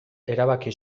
erabaki